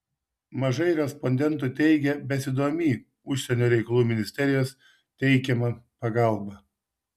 mažai respondentų teigė besidomį užsienio reikalų ministerijos teikiama pagalba